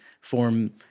form